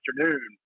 afternoon